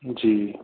जी